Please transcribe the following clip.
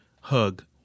hug